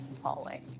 hallway